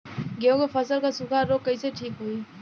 गेहूँक फसल क सूखा ऱोग कईसे ठीक होई?